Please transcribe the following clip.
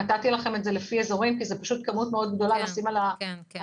נתתי לכם את זה לפי אזורים כי זה פשוט כמות מאוד גדולה לשים על המפות.